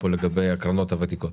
כאן לגבי הקרנות הוותיקות.